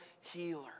healer